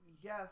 Yes